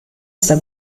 sta